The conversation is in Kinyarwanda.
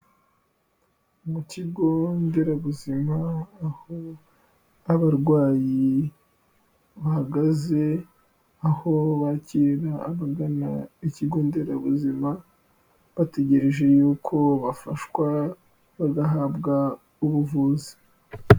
Mu kigo nderabuzima aho abarwayi bahagaze, aho bakirira abagana ikigo nderabuzima bategereje yuko bafashwa, bagahabwa ubuvuzi.